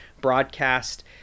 broadcast